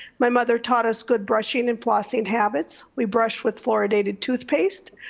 my mother taught us good brushing and flossing habits. we brushed with fluoridated toothpaste.